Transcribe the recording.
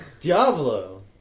Diablo